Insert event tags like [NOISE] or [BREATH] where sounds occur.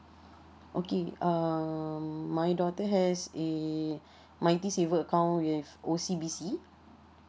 okay um my daughter has a [BREATH] mighty saver account with O_C_B_C